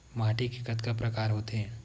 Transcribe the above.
माटी के कतका प्रकार होथे?